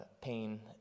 pain